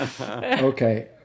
Okay